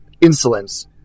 insolence